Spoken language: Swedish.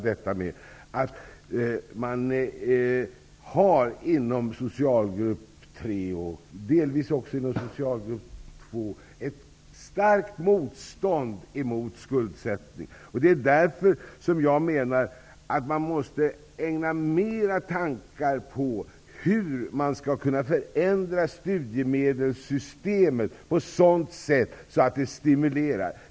Det finns inom socialgrupp tre, och delvis också inom socialgrupp två, ett starkt motstånd emot skuldsättning. Det är därför jag menar att man måste ägna mer tankar åt hur man skall kunna förändra studiemedelssystemet på ett sådant sätt att det stimulerar.